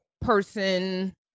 person